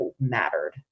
mattered